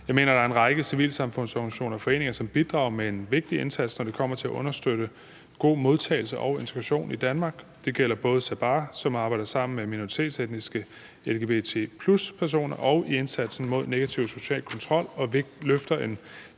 Jeg mener, der er en række civilsamfundsorganisationer og foreninger, som bidrager med en vigtig indsats, når det kommer til at understøtte god modtagelse og integration i Danmark. Det gælder Sabaah, som arbejder sammen med minoritetsetniske lgbt+-personer og i indsatsen mod negativ social kontrol løfter en